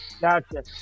gotcha